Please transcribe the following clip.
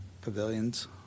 pavilions